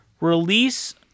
release